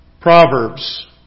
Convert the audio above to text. Proverbs